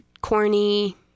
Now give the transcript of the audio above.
corny